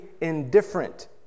indifferent